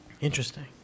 Interesting